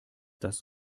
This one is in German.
das